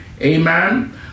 Amen